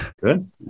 Good